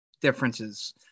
differences